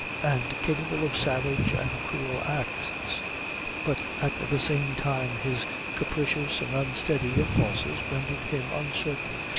and capable of savage and cruel acts but at the same time his capricious and unsteady impulses rendered him uncertain,